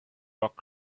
rock